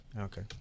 Okay